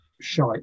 shite